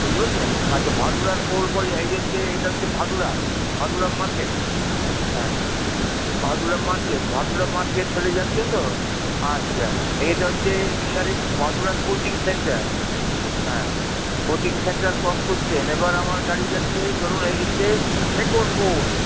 বুঝতে পেরেছেন আচ্ছা ভাদুড়ার পোল পরে এই হচ্ছে এটা হচ্ছে ভাদুড়া ভাদুড়া মার্কেট হ্যাঁ ভাদুড়া মার্কেট ভাদুড়া মার্কেট ফেলে যাচ্ছেন তো আচ্ছা এই এটা হচ্ছে এখানকারের ভাদুড়ার কোচিং সেন্টার হ্যাঁ কোচিং সেন্টার ক্রস করছেন এবার আমার গাড়ি যাচ্ছে ধরুন এই হচ্ছে শেকর পোল